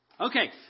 Okay